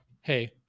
hey